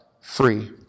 free